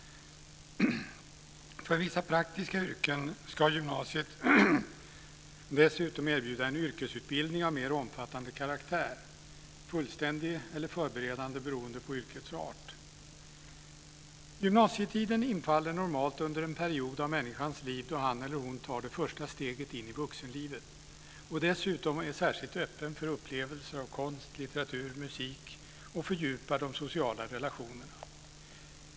För vissa praktiska yrken ska gymnasiet dessutom erbjuda en yrkesutbildning av mer omfattande karaktär, fullständig eller förberedande beroende på yrkets art. Gymnasietiden infaller normalt under en period av människans liv då han eller hon tar det första steget in i vuxenlivet och dessutom är särskilt öppen för upplevelser av konst, litteratur och musik och fördjupar de sociala relationerna.